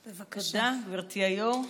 תודה, גברתי היושבת-ראש.